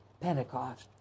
Pentecost